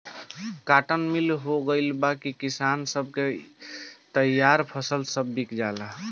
cotton mill हो गईला से किसान सब के तईयार फसल सब बिका जाला